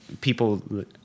people